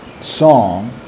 song